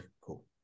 Cool